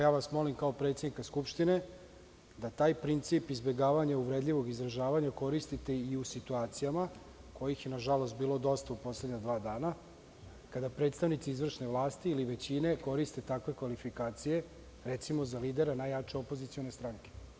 Ja vas molim kao predsednika Skupštine da taj princip izbegavanja uvredljivog izražavanja koristite i u situacijama kojih je, nažalost, bilo dosta u poslednja dva dana, kada predstavnici izvršne vlasti ili većine koriste takve kvalifikacije, recimo, za lidere najjače opozicione stranke.